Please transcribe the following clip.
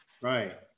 Right